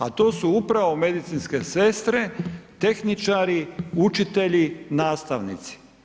A to su upravo medicinske sestre, tehničari, učitelji, nastavnici.